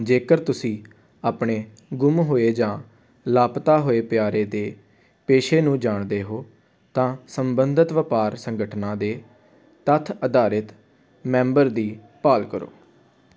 ਜੇਕਰ ਤੁਸੀਂ ਆਪਣੇ ਗੁੰਮ ਹੋਏ ਜਾਂ ਲਾਪਤਾ ਹੋਏ ਪਿਆਰੇ ਦੇ ਪੇਸ਼ੇ ਨੂੰ ਜਾਣਦੇ ਹੋ ਤਾਂ ਸੰਬੰਧਤ ਵਪਾਰ ਸੰਗਠਨਾਂ ਦੇ ਤੱਥ ਆਧਾਰਿਤ ਮੈਂਬਰ ਦੀ ਭਾਲ ਕਰੋ